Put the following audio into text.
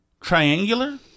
Triangular